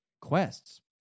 quests